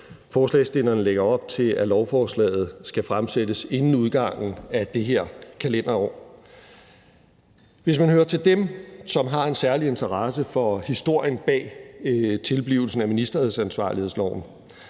Forslagsstillerne lægger op til, at lovforslaget skal fremsættes inden udgangen af det her kalenderår. Hvis man hører til dem, som har en særlig interesse for historien bag tilblivelsen af ministeransvarlighedsloven,